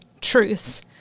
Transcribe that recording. truths